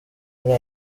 muri